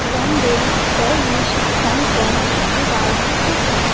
London Paris Hong Kong Dubai Tokyo